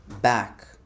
back